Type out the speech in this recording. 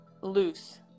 loose